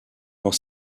dans